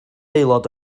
aelod